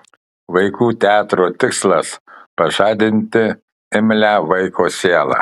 vaikų teatro tikslas pažadinti imlią vaiko sielą